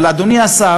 אבל, אדוני השר,